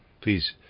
Please